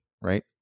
right